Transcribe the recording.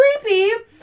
creepy